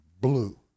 blue